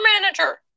manager